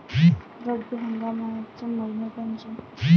रब्बी हंगामाचे मइने कोनचे?